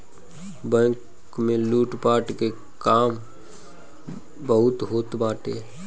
bank में लूटपाट के काम बहुते होत बाटे